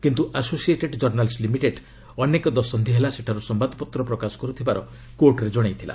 କିନ୍ତୁ associated journals limited ଅନେକ ଦଶନ୍ଧି ହେଲା ସେଠାରୁ ସମ୍ଭାଦପତ୍ର ପ୍ରକାଶ କରୁଥିବାର କୋର୍ଟରେ ଜଣାଇଥିଲା